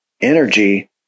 energy